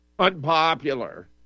Unpopular